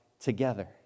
together